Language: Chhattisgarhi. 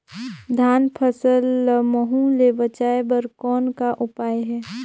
धान फसल ल महू ले बचाय बर कौन का उपाय हे?